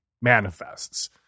manifests